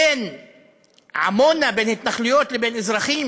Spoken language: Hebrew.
בין עמונה, בין התנחלויות, לבין אזרחים